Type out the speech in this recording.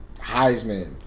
Heisman